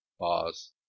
Pause